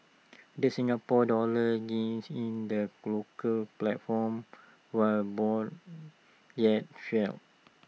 the Singapore dollar gained in the local platform while Bond yields fell